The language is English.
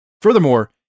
Furthermore